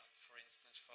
for instance,